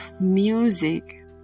music